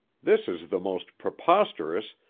this is the most preposterous,